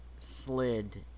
Slid